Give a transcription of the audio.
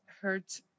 hurt